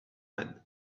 man